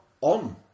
on